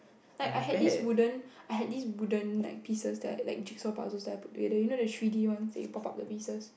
like I had this wooden I had this wooden like pieces that are like jigsaw puzzles that I put together you know the three-D ones that you pop up the pieces